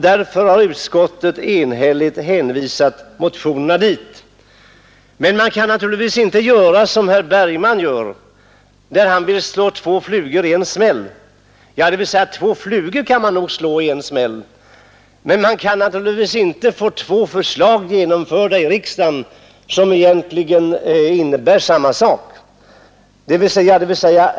Därför har utskottet enhälligt hänvisat motionerna dit. Men man kan naturligtvis inte göra som herr Bergman när han vill slå två flugor i en smäll — ja, två flugor kan man nog slå i en smäll, men man kan naturligtvis inte få två olika förslag om samma sak genomförda av riksdagen.